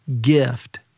gift